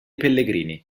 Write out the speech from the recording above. pellegrini